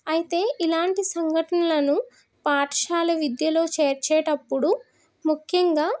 అయితే ఇలాంటి సంఘటనలను పాఠశాల విద్యలో చేర్చేటప్పుడు ముఖ్యంగా